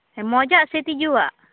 ᱢᱚᱡᱽ ᱟᱜ ᱥᱮ ᱛᱤᱡᱩᱣᱟᱜ